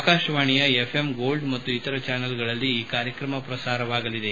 ಆಕಾಶವಾಣಿಯ FM gold ಮತ್ತು ಇತರ ಚಾನೆಲ್ಗಳಲ್ಲಿ ಈ ಕಾರ್ಯಕ್ರಮ ಪ್ರಸಾರವಾಗಲಿದೆ